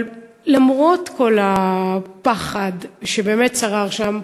אבל למרות כל הפחד שבאמת שרר שם,